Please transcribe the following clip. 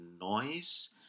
noise